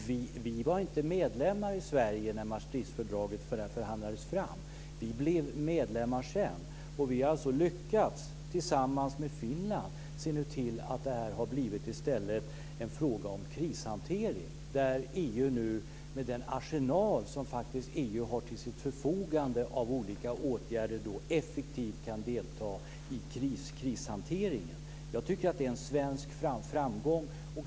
Vi i Sverige var inte medlemmar när Maastrichtfördraget förhandlades fram. Vi blev medlemmar senare, och vi har lyckats, tillsammans med Finland, att se till att det i stället har blivit en fråga om krishantering, där EU nu med den arsenal som faktiskt EU har till sitt förfogande av olika åtgärder effektivt kan delta i krishanteringen. Jag tycker att det är en svensk framgång.